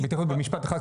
במשפט אחד.